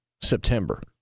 September